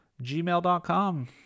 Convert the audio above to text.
gmail.com